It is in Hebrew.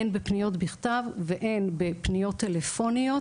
הן בפניות בכתב והן בפניות טלפוניות